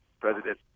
President